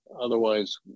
Otherwise